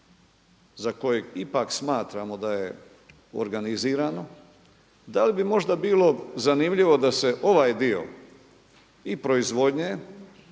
za kojeg ipak smatramo da je organizirano da li bi možda bilo zanimljivo da se ovaj dio i proizvodnje,